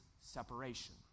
separation